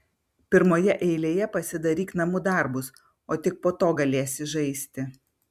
pirmoje eilėje pasidaryk namų darbus o tik po to galėsi žaisti